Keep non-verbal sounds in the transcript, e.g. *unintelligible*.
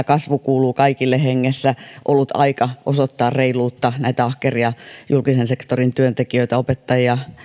*unintelligible* kasvu kuuluu kaikille hengessä ollut aika osoittaa reiluutta näitä ahkeria julkisen sektorin työntekijöitä opettajia